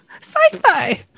sci-fi